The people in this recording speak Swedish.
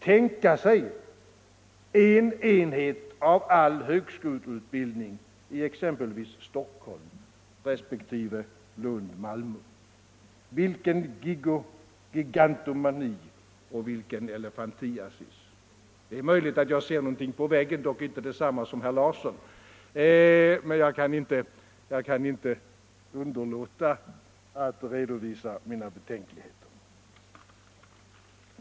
Tänka sig en enhet för all högskoleutbildning exempelvis i Stockholm resp. Lund och Malmö — vilken gigantomani och vilken elefantiasis! Det är möjligt att jag ser någonting på väggen — dock inte detsamma som herr Larsson i Staffanstorp — men jag kan inte underlåta att redovisa mina betänkligheter.